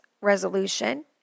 resolution